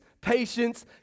patience